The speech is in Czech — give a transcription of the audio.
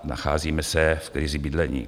Nacházíme se v krizi bydlení.